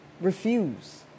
refuse